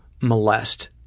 molest